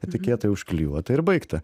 etiketė užklijuota ir baigta